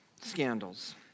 scandals